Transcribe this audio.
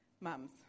mums